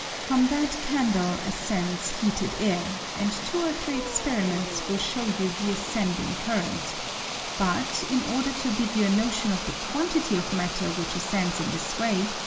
from that candle ascends heated air, and two or three experiments will show you the ascending cur rent but, in order to give you a notion of the quantity of matter which ascends in this way,